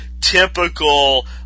typical